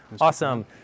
Awesome